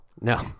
No